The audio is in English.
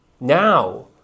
Now